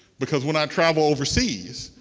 because when i travel overseas,